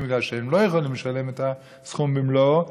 בגלל שהם לא יכולים לשלם את הסכום במלואו,